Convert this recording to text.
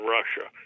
Russia